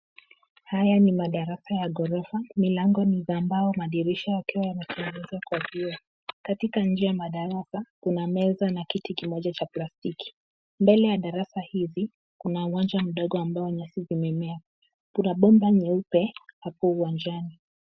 Haya ni madarasa ya ghorofa. Milango ni za mbao. Madirisha yakiwa yametengenezwa kwa vioo. Katika nje ya madarasa, kuna meza na kiti kimoja cha plastiki. Mbele ya darasa hizi, kuna uwanja mdogo ambao nyasi zimemea. Kuna bomba nyeupe hapo uwanjani.